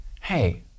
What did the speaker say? Hey